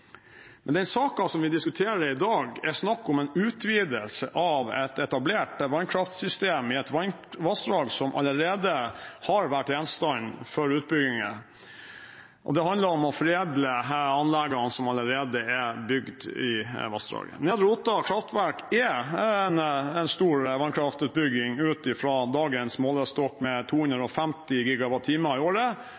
Men den saken vi diskuterer i dag, er snakk om en utvidelse av et etablert vannkraftsystem i et vassdrag som allerede har vært gjenstand for utbygginger, og det handler om å frede anleggene som allerede er bygd i vassdraget. Nedre Otta kraftverk er en stor vannkraftutbygging ut fra dagens målestokk, med 250 GWh i året,